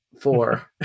four